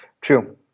true